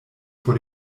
vor